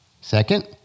Second